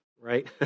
right